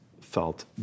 felt